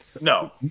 No